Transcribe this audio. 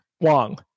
Wong